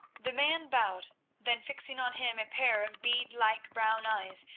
the man bowed then, fixing on him a pair of beadlike brown eyes,